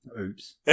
Oops